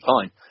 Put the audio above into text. fine